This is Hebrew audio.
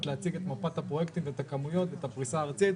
להציג את מפת הפרויקטים ואת הכמויות ואת הפריסה הארצית,